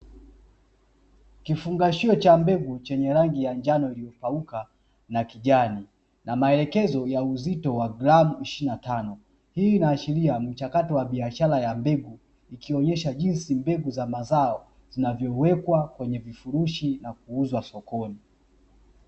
Kifungashio cha mbegu chenye rangi ya njano iliyopauka na kijani, na maelekezo ya uzito ya gramu ishirini na tano. Hii inaashiria mchakato wa biashara ya mbegu ikionyesha jinsi mbegu za mazao zinavyowekwa kwenye vifurushi na kuuzwa sokoni.